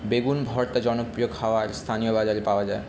বেগুন ভর্তা জনপ্রিয় খাবার স্থানীয় বাজারে পাওয়া যায়